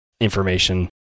information